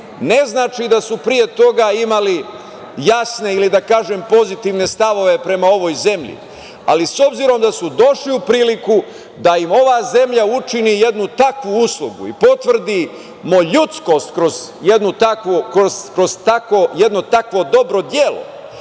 ne znači da su pre toga imali jasne ili da kažem pozitivne stavove prema ovoj zemlji, ali s obzirom da su došli u priliku da im ova zemlja učini jednu takvu uslugu i potvrdimo ljudskost kroz jedno takvo dobro delo,